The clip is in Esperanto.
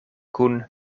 kun